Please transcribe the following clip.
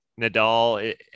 Nadal